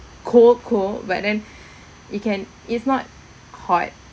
cold cold but then it can is not hot